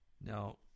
Now